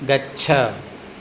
गच्छ